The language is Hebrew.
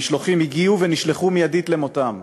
המשלוחים הגיעו ונשלחו מייד למותם.